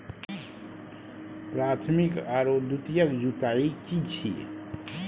प्राथमिक आरो द्वितीयक जुताई की छिये?